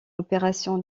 opération